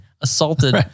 assaulted